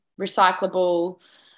recyclable